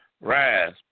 rise